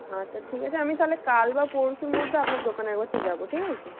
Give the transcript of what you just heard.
আচ্ছা ঠিক আছে আমি থালে কাল বা পরশুর মধ্যে আপনার দোকানে একবারটি যাবো ঠিক আছে